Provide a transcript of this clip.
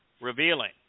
Revealing